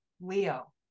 Leo